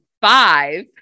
five